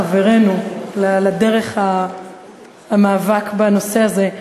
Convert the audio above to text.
חברנו לדרך המאבק בנושא הזה,